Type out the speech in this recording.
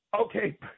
Okay